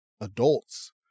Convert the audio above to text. adults